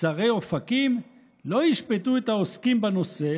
צרי אופקים לא ישפטו את העוסקים בנושא